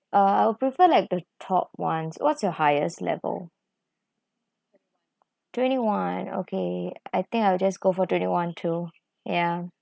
uh I'll prefer like the top ones what's your highest level twenty one okay I think I will just go for twenty one too ya